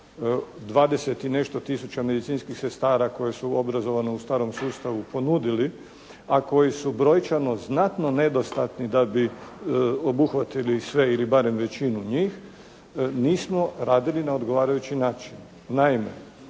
20 i nešto tisuća medicinskih sestara koje su obrazovane u starom sustavu ponudili, a koji su brojčano znatno nedostatni da bi obuhvatili sve ili barem većinu njih nismo radili na odgovarajući način. Naime